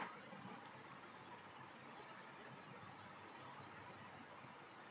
चार बजे सुबह से मछुआरे मछली पकड़कर उन्हें टोकरी में बटोर रहे हैं